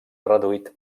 reduït